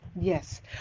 Yes